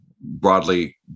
broadly